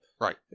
Right